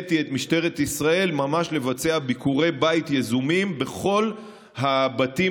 הנחיתי את משטרת ישראל לבצע ביקורי בית יזומים בכל הבתים